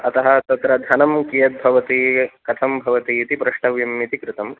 अतः तत्र धनं कीयद्भवति कथं भवतीति प्रष्टवयम् इति कृतम्